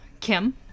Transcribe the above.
Kim